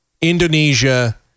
Indonesia